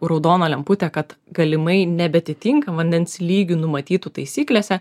raudona lemputė kad galimai nebeatitinka vandens lygių numatytų taisyklėse